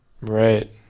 Right